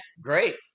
great